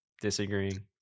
Disagreeing